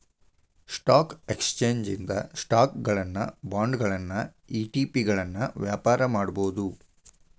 stock exchange ಇಂದ ಸ್ಟಾಕುಗಳನ್ನ ಬಾಂಡ್ಗಳನ್ನ ಇ.ಟಿ.ಪಿಗಳನ್ನ ವ್ಯಾಪಾರ ಮಾಡಬೋದು